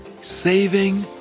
saving